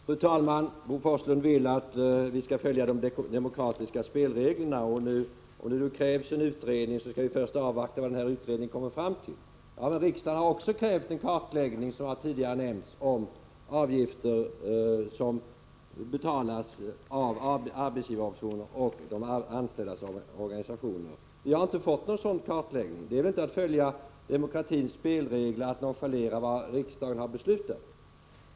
Fru talman! Bo Forslund vill att vi skall följa de demokratiska spelreglerna. Om det nu krävs en utredning skall vi först avvakta vad utredningen kommer fram till. Men riksdagen har också, som tidigare har nämnts, krävt en kartläggning av de avgifter som betalas ut av arbetsgivarorganisationer och de anställdas organisationer. Vi har inte fått någon sådan kartläggning. Det är väl inte att följa demokratins spelregler! Det är att nonchalera vad riksdagen har beslutat!